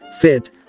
fit